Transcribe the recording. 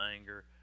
anger